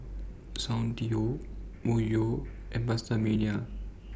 Soundteoh Myojo and PastaMania